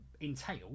entail